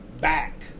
back